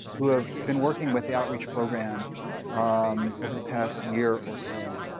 who have been working with the outreach program um over the past year or so.